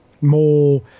more